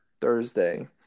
Thursday